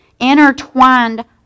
intertwined